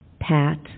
Pat